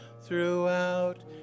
throughout